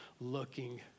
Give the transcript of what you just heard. looking